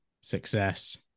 success